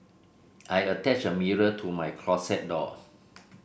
I attached a mirror to my closet door